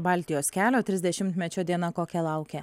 baltijos kelio trisdešimtmečio diena kokia laukia